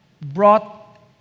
brought